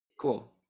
cool